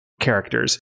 characters